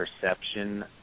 perception